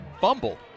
fumble